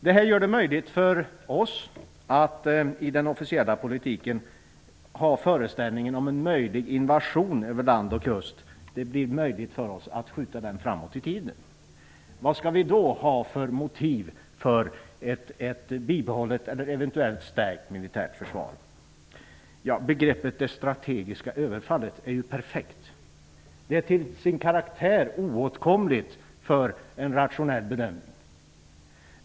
Detta gör det möjligt för oss att i den officiella politiken skjuta föreställningen om en möjlig invasion av land och kust framåt i tiden. Vad skall vi då ha för motiv för ett bibehållet eller eventuellt stärkt militärt försvar? Begreppet det strategiska överfallet är ju perfekt. Det är till sin karaktär oåtkomligt för en rationell bedömning.